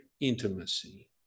intimacy